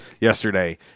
yesterday